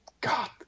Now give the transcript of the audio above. God